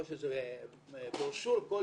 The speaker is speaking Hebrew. או על פי ברושור כלשהו,